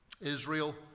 Israel